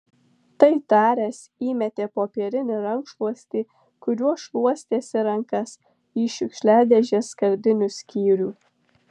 tai taręs įmetė popierinį rankšluostį kuriuo šluostėsi rankas į šiukšliadėžės skardinių skyrių